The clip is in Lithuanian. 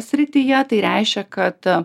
srityje tai reiškia kad